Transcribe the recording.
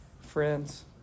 Friends